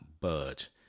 budge